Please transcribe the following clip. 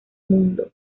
mundo